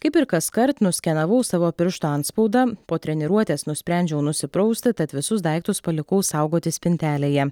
kaip ir kaskart nuskenavau savo piršto antspaudą po treniruotės nusprendžiau nusiprausti tad visus daiktus palikau saugoti spintelėje